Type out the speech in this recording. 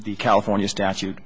the california statute